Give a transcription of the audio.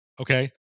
Okay